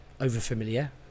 over-familiar